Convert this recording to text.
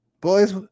boys